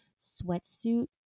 sweatsuit